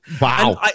Wow